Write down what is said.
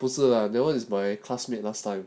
不是 lah that [one] is by classmate last time